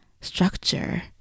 structure